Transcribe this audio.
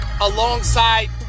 alongside